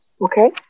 Okay